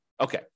Okay